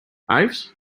yves